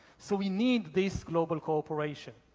so we need this global cooperation.